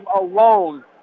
alone